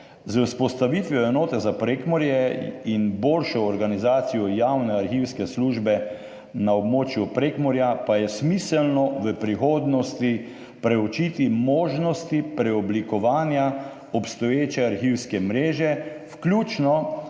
Z vzpostavitvijo enote za Prekmurje in boljšo organizacijo javne arhivske službe na območju Prekmurja pa je smiselno v prihodnosti preučiti možnosti preoblikovanja obstoječe arhivske mreže, vključno